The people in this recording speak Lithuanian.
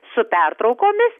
su pertraukomis